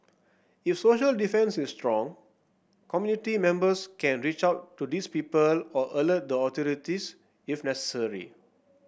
if social defence is strong community members can reach out to these people or alert the authorities if necessary